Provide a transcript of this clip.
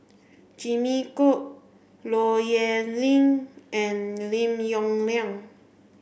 Jimmy Chok Low Yen Ling and Lim Yong Liang